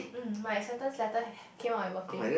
um my acceptance letter came on my birthday